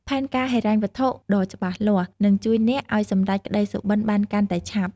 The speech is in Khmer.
ផែនការហិរញ្ញវត្ថុដ៏ច្បាស់លាស់ នឹងជួយអ្នកឱ្យសម្រេចក្ដីសុបិនបានកាន់តែឆាប់។